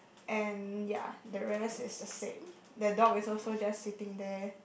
and ya the rest is the same the dog is also just sitting there